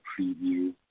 preview